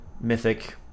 mythic